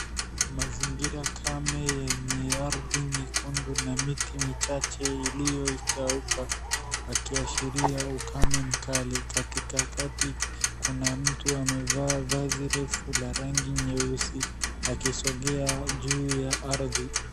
Mazingira kame yenye ardhi nyekundu na miti michache iliyokauka akiashiria ukame mkali, katikati kuna mtu amevaa vazi refu la rangi nyeusi akisogea juu ya ardhi.